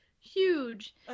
huge